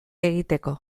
egiteko